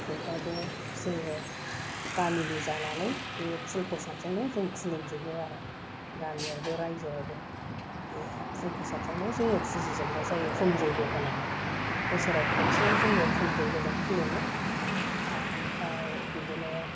थेवबाबो जोङो गामिनि जानानै बे फुल प्रसादजोंनो जों खुलुमजोबो आरो गामियावबो रायजोआवबो बे फुल प्रसादजोंनो जोङो फुजिजोबनाय जायो हुम जग्य होनानै बोसोराव खेबसे जोङो हुम जग्यजों खुलुमो आमफाय बिदिनो